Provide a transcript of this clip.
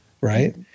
Right